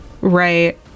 Right